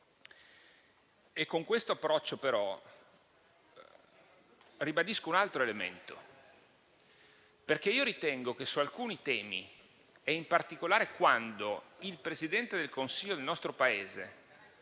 Con questo approccio, però, ribadisco un altro elemento. Io ritengo che su alcuni temi, in particolare quando il Presidente del Consiglio del nostro Paese